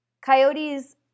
Coyotes